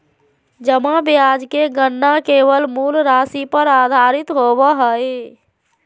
जमा ब्याज के गणना केवल मूल राशि पर आधारित होबो हइ